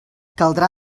caldrà